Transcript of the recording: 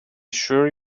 sure